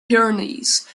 pyrenees